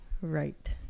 right